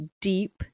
deep